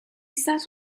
sat